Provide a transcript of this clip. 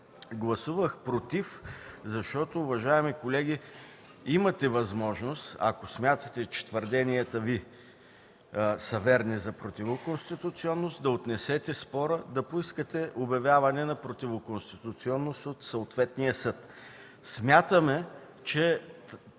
гласувах „против”, защото, уважаеми колеги, имате възможност, ако смятате, че твърденията Ви за противоконституционност са верни, да поискате обявяване на противоконституционност от съответния съд. Смятаме, че